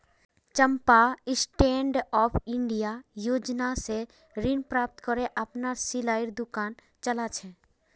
चंपा stand up India योजना स ऋण प्राप्त करे अपनार सिलाईर दुकान चला छ